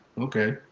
Okay